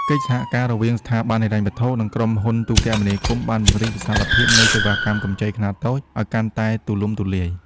កិច្ចសហការរវាងស្ថាប័នហិរញ្ញវត្ថុ និងក្រុមហ៊ុនទូរគមនាគមន៍ បានពង្រីកវិសាលភាពនៃសេវាកម្ចីខ្នាតតូចឱ្យកាន់តែទូលំទូលាយ។